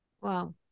Wow